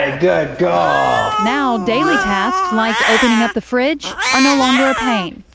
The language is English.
ah good dog. now, daily tasks like opening up the fridge are no longer a pain.